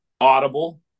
audible